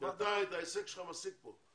כי אתה את ההישג שלך משיג פה.